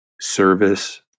service